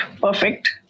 perfect